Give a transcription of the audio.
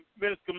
Minister